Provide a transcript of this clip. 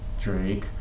Drake